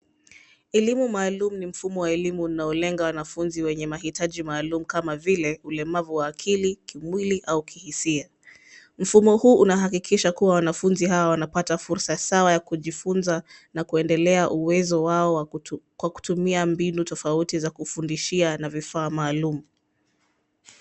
Elimu maalum ni mfumo wa elimu unaolenga wanafunzi wenye mahitaji maalum kama vile ulemavu wa akili, kimwili au kihisia. Mfumo huu unahakikisha kuwa wanafunzi hawa wanapata fursa sawa ya kujifunza na kuendelea uwezo wao kwa kutumia mbinu tofauti za kufundishia na vifaa maalum.